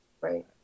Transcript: Right